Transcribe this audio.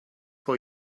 for